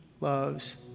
loves